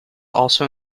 also